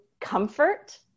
comfort